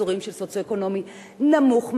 אזורים של מצב סוציו-אקונומי נמוך מאוד,